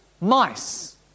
mice